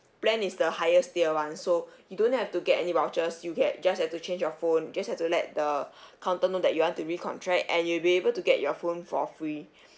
plan is the highest tier [one] so you don't have to get any vouchers you get just have to change your phone just have to let the counter know that you want to re-contract and you'll be able to get your phone for free